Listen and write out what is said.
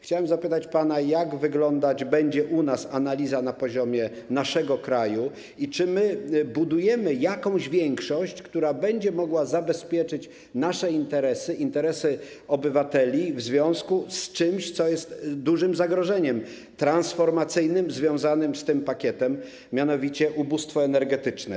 Chciałbym zapytać pana, jak wyglądać będzie u nas analiza na poziomie naszego kraju i czy my budujemy jakąś większość, która będzie mogła zabezpieczyć nasze interesy, interesy obywateli w związku z czymś, co jest dużym zagrożeniem transformacyjnym związanym z tym pakietem, mianowicie ubóstwo energetyczne?